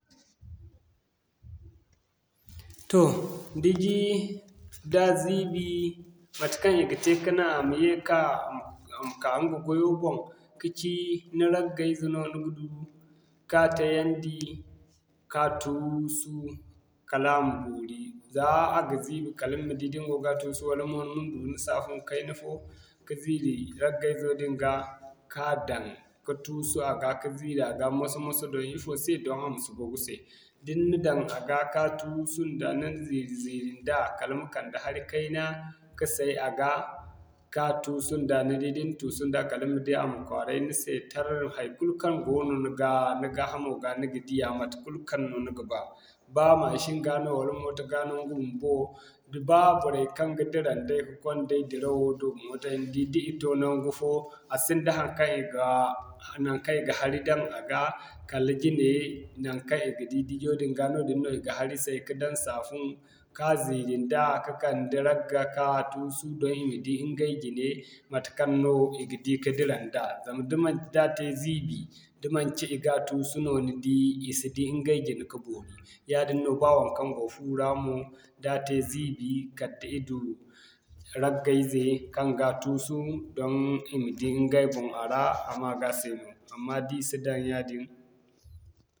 Toh diji daa ziibi matekaŋ i ga ye ka naŋ a ma ka ɲga gwayo boŋ, kaci ni ragga ize no ni ga du, ka tayandi ka tuusu kala a ma boori zaa a ga ziibi kala ni ma di da ni go ga tuusu wala mo ni ma du ni safun kayna fo ka ziiri ragga izo din ga, ka daŋ ka tuusu a ga ka ziiri a ga moso-moso doŋ ifo se doŋ a ma si bagu se. Da ni na daŋ a ga ka tuusu nda ni na ziiri-ziiri nda kala ma kande hari kayna ka say a ga, ka tuusu nda ni di da ni na tuusu nda kala ma di a ma kwaaray ni se tar haikulu kaŋ goono ni gaa hamo ga, ni ga ni ga diya matekul kaŋ no ni ga ba. Baa mashin ga no wala mooto ga no ɲga bumbo da ba boray kaŋ ga dira nday ka'kwanda dirawo do mootai ni di da i to naŋgu fo, a sinda haŋkaŋ i gaa naŋkaŋ i ga hari daŋ a ga kala jine naŋkaŋ i ga di dijo din ga noodin no i ga hari say ka daŋ safun ka ziiri nda ka'kande ragga ka tuusu doŋ i ma di ɲgay jine matekaŋ no i ga di ka dira nda zama da manci da te ziibi, da manci i ga tuusu no ni di i si di ɲgay jine ka boori. Yaadin no ba waŋkaŋ go fu ra mo, da te ziibi, kala da i du ragga ize kaŋ ga tuusu, doŋ i ma di ɲgay boŋ a ra a maga se no amma da i si daŋ yaadin.